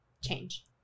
change